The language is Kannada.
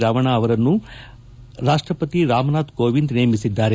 ರಮಣ ಅವರನ್ನು ರಾಷ್ಟಪತಿ ರಾಮನಾಥ್ ಕೋವಿಂದ್ ನೇಮಿಸಿದ್ದಾರೆ